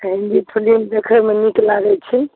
Hindi film देखैमे नीक लागै छै